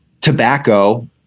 tobacco